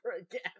again